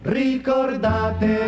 ricordate